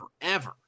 forever